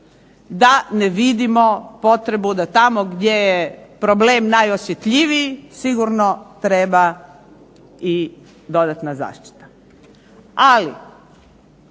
da ne vidimo potrebu da tamo gdje je problem najosjetljiviji sigurno treba i dodatna zaštita.